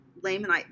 Lamanite